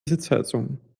sitzheizung